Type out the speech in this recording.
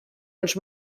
ens